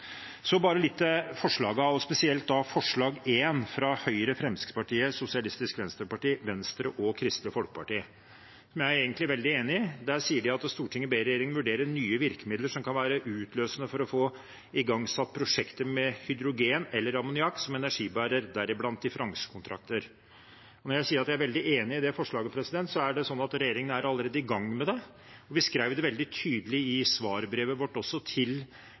Så bare litt til forslagene, og spesielt da forslag nr. 1, fra Høyre, Fremskrittspartiet, Sosialistisk Venstreparti, Venstre og Kristelig Folkeparti, som jeg egentlig er veldig enig i. Der skriver de: «Stortinget ber regjeringen vurdere nye virkemidler som kan være utløsende for å få igangsatt prosjekter med hydrogen eller ammoniakk som energibærer, deriblant differansekontrakter.» Jeg må si at jeg er veldig enig i det forslaget, men det er sånn at Regjeringen er allerede i gang med det. Vi skrev det også veldig tydelig i svarbrevet vårt til